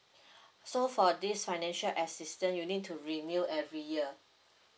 so for this financial assistance you need to renew every year